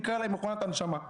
נקרא להם "מכונת הנשמה",